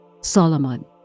Solomon